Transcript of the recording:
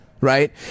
right